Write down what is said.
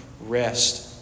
rest